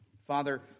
Father